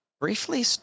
briefly